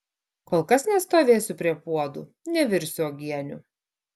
kol kas nestovėsiu prie puodų nevirsiu uogienių